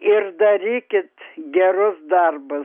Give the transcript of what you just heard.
ir darykit gerus darbus